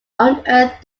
unearthed